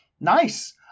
nice